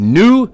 new